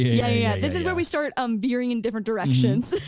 yeah, yeah. this is where we start um veering in different directions.